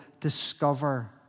discover